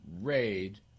raid